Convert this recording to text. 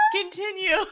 Continue